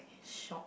shock